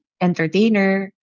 entertainer